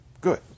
good